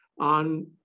on